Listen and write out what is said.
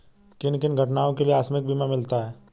किन किन घटनाओं के लिए आकस्मिक बीमा मिलता है?